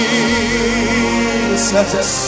Jesus